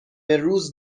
روز